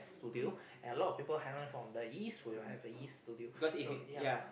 studio and a lot of people coming from the east we will have a east studio so ya